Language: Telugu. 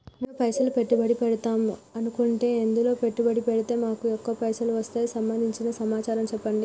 మేము పైసలు పెట్టుబడి పెడదాం అనుకుంటే ఎందులో పెట్టుబడి పెడితే మాకు ఎక్కువ పైసలు వస్తాయి సంబంధించిన సమాచారం చెప్పండి?